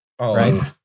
right